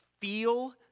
feel